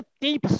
deep